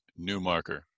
Newmarker